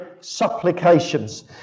supplications